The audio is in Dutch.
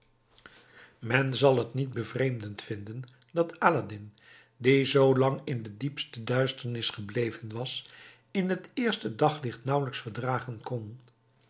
men zal het niet bevreemdend vinden dat aladdin die zoolang in de diepste duisternis gebleven was in het eerst het daglicht nauwelijks verdragen kon